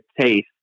taste